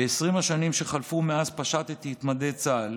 ב-20 השנים שחלפו מאז פשטתי את מדי צה"ל